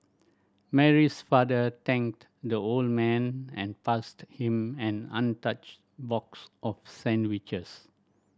Mary's father thanked the old man and passed him an untouched box of sandwiches